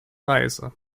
reise